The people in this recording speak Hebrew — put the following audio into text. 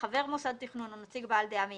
חברי מוסד התכנון ונציגים בעלי דעה מייעצת,